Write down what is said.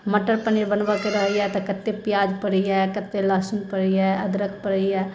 मटर पनीर बनबैके रहैया तऽ कते प्याज पड़ैया कते लहसुन पड़ैया अदरक पड़ैया